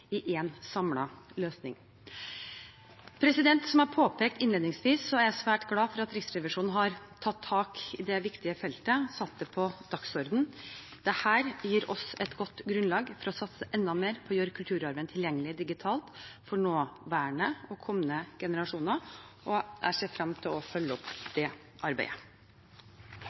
i én samlet løsning. Som jeg påpekte innledningsvis, er jeg svært glad for at Riksrevisjonen har tatt tak i dette viktige feltet og satt det på dagsordenen. Dette gir oss et godt grunnlag for å satse enda mer på å gjøre kulturarven tilgjengelig digitalt for nåværende og kommende generasjoner. Jeg ser frem til å følge opp det arbeidet.